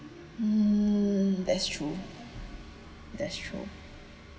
mm that's true that's true